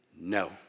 no